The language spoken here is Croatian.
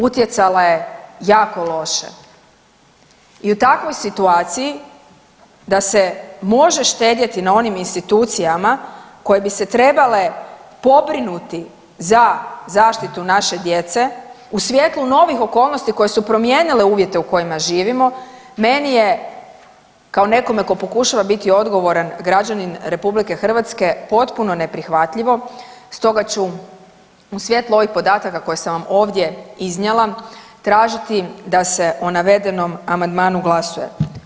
Utjecala je jako loše i u takvoj situaciji da se može štedjeti na onim institucijama koje bi se trebale pobrinuti za zaštitu naše djece u svjetlu novih okolnosti koje su promijenile uvjete u kojima živimo, meni je kao nekome tko pokušava biti odgovaran građanin RH potpuno neprihvatljivo, stoga ću u svjetlu ovih podataka koje sam vam ovdje iznijela tražiti da se o navedenom amandmanu glasuje.